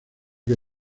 que